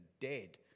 dead